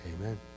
amen